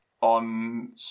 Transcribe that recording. on